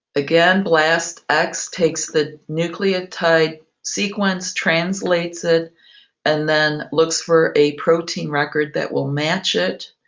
again, blastx takes the nucleotide sequence, translates it and then looks for a protein record that will match it.